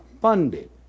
funded